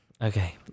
Okay